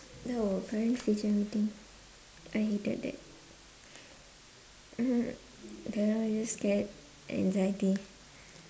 no parents teacher meeting I hated that uh kind of just scared anxiety